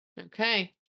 Okay